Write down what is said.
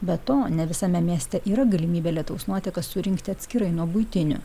be to ne visame mieste yra galimybė lietaus nuotekas surinkti atskirai nuo buitinių